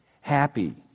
happy